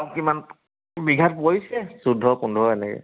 কিমান বিঘাত পৰিছে চৈধ্য পোন্ধৰ এনেকৈ